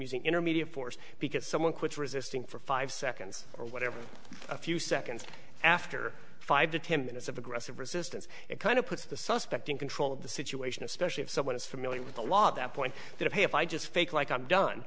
using intermediate force because someone quits resisting for five seconds or whatever a few seconds after five to ten minutes of aggressive resistance it kind of puts the suspect in control of the situation especially if someone is familiar with the law at that point that hey if i just fake like i'm done